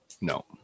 No